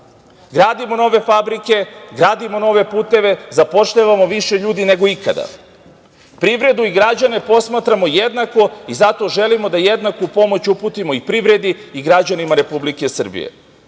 Gradimo nove fabrike, gradimo nove puteve, zapošljavamo više ljudi nego ikada. Privredu i građane posmatramo jednako i zato želimo da jednaku pomoć uputimo i privredi i građanima Republike Srbije.